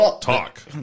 talk